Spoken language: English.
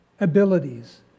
abilities